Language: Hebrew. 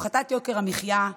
הפחתת יוקר המחיה,